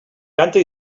canta